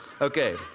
Okay